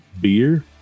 Beer